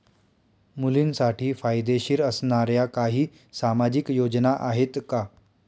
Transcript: मुलींसाठी फायदेशीर असणाऱ्या काही सामाजिक योजना आहेत का?